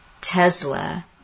tesla